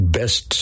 best